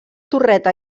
torreta